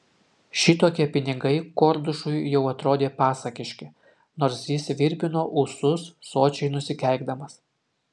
šitokie pinigai kordušui jau atrodė pasakiški nors jis virpino ūsus sočiai nusikeikdamas